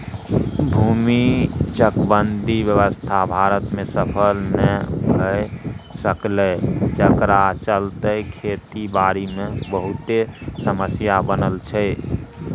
भूमि चकबंदी व्यवस्था भारत में सफल नइ भए सकलै जकरा चलते खेती बारी मे बहुते समस्या बनल छै